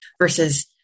versus